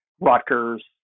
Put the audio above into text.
Rutgers